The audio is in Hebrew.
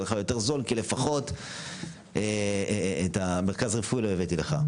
לך יותר זול כי לפחות את המרכז הרפואי לא הבאתי לך.